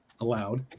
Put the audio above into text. allowed